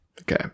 Okay